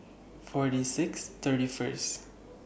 forty six thirty First